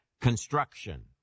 construction